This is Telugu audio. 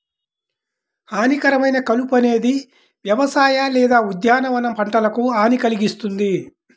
హానికరమైన కలుపు అనేది వ్యవసాయ లేదా ఉద్యానవన పంటలకు హాని కల్గిస్తుంది